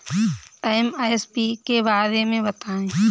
MSP के बारे में बतायें?